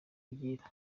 kugira